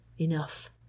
Enough